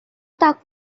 তাক